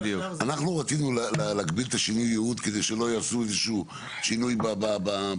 אנחנו רצינו להגביל את השינוי ייעוד בשביל שלא יעשו שינוי במקום,